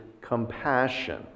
compassion